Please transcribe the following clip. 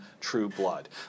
Trueblood